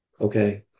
okay